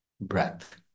breath